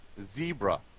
zebra